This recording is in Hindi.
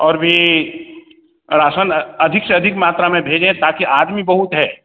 और भी और राशन अधिक से अधिक मात्रा में भेजें ताकि आदमी बहुत हैं